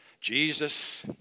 Jesus